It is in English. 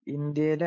India